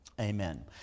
Amen